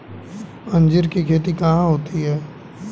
अंजीर की खेती कहाँ होती है?